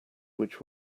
which